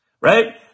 right